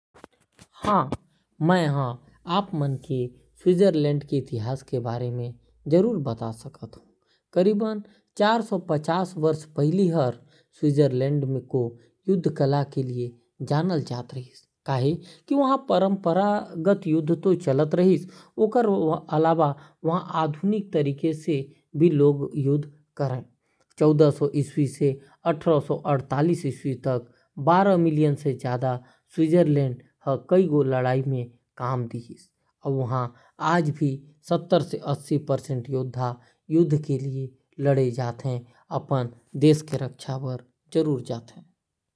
स्वीडन म करीबन दस हजार बछर पहिली लोगन आय रिहीन। स्वीडन के नाव युद्धप्रिय जनजाति के नाव म राखे गेहे। स्वीडन के लोगन अपन जमीन ल स्वेरिगे कहत हावयं, जेकर अर्थ हावय 'स्वीया के भूमि'। स्वीडन ह तक राजा चुने रिहिस। गुस्ताव वासा ह सोलहवां सदी म स्वतंत्र स्वीडन बर लड़े रिहीन। गुस्तावे वासा ह लूथरन चर्च के स्थापना करीन ।